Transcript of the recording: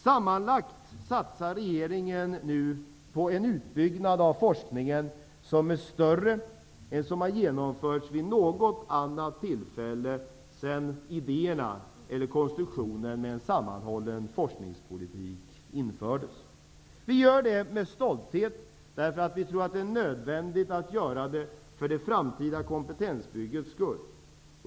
Sammanlagt satsar regeringen nu på en större utbyggnad av forskningen än vad som har genomförts vid något annat tillfälle sedan idéerna och konstruktionen med en sammanhållen forskningspolitik infördes. Vi gör det med stolthet därför att vi tror att det är nödvändigt för det framtida kompentensbyggets skull.